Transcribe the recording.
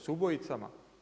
S ubojicama?